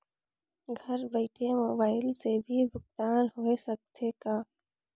घर बइठे मोबाईल से भी भुगतान होय सकथे का?